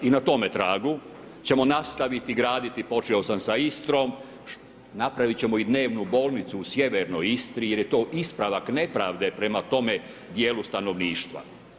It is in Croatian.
I na tome tragu ćemo nastaviti graditi, počeo sam sa Istrom, napravit ćemo i dnevnu bolnicu u sjevernoj Istri jer je to ispravak nepravde prema tome djelu stanovništva.